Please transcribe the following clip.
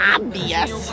Obvious